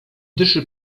dyszy